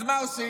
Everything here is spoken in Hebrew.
אז מה עושים?